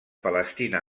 palestina